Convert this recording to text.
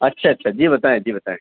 اچھا اچھا جی بتائیں جی بتائیں